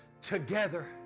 together